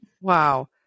Wow